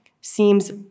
seems